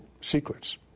secrets